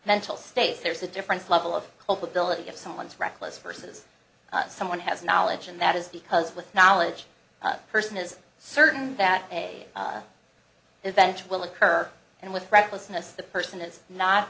mental state there's a different level of culpability if someone is reckless versus someone has knowledge and that is because with knowledge a person is certain that they eventually will occur and with recklessness the person is not